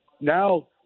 now